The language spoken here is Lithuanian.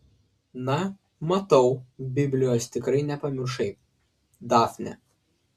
na matau biblijos tikrai nepamiršai dafne